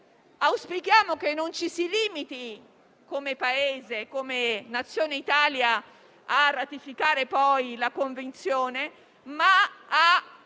auspichiamo che non ci si limiti come Paese, come Nazione Italia a ratificare poi la Convenzione, ma a